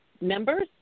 members